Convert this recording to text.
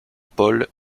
paul